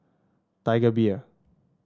Tiger Beer